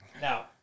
Now